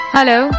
Hello